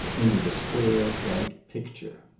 into the square bright picture.